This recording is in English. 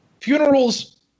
Funerals